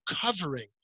covering